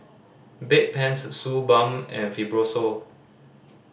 Bedpans Suu Balm and Fibrosol